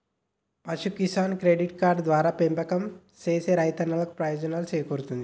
పశు Kisan credit card ద్వారా పెంపకం సేసే రైతన్నలకు ప్రయోజనం సేకూరుతుంది